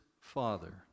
father